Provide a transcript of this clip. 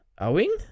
owing